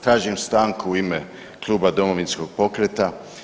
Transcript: Tražim stanku u ime Kluba Domovinskog pokreta.